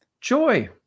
joy